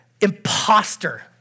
imposter